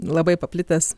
labai paplitęs